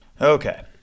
Okay